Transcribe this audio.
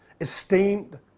esteemed